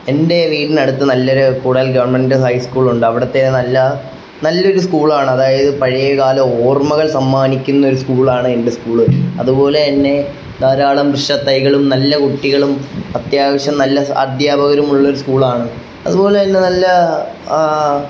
എൻ്റെ വീടിന് അടുത്ത് നല്ല ഒരു കൂടുതൽ ഗവൺമെൻ്റ് ഹൈ സ്കൂൾ ഉണ്ട് അവിടത്തെ നല്ല നല്ല ഒരു സ്കൂളാണ് അതായത് പഴയകാല ഓർമ്മകൾ സമ്മാനിക്കുന്ന ഒരു സ്കൂളാണ് എൻ്റെ സ്കൂള് അതുപോലെ തന്നെ ധാരാളം വൃക്ഷത്തൈകളും നല്ല കുട്ടികളും അത്യാവശ്യം നല്ല അദ്ധ്യാപകരും ഉള്ളൊരു സ്കൂളാണ് അതുപോലെ തന്നെ നല്ല